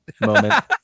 moment